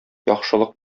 яхшылык